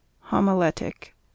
Homiletic